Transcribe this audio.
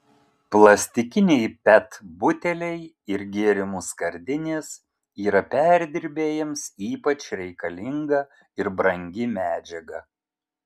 plastikiniai pet buteliai ir gėrimų skardinės yra perdirbėjams ypač reikalinga ir brangi medžiaga